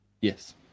Yes